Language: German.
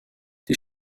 die